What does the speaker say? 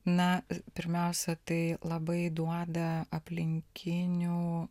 na pirmiausia tai labai duoda aplinkinių